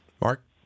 Mark